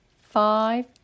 five